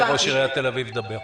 לראש עיריית תל אביב לדבר.